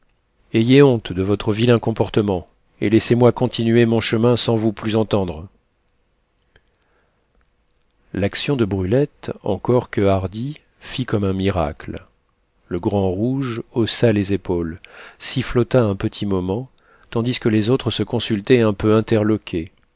ayez honte de votre vilain comportement et laissez-moi continuer mon chemin sans vous plus entendre l'action de brulette encore que hardie fit comme un miracle le grand rouge haussa les épaules sifflota un petit moment tandis que les autres se consultaient un peu interloqués